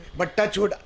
but touch wood,